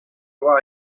avoir